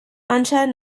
anschein